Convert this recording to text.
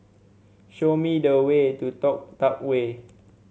show me the way to Toh Tuck Way